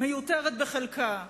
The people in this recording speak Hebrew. מיותרת בחלקה,